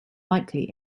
likely